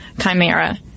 chimera